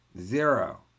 Zero